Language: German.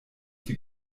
die